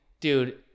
dude